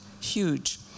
huge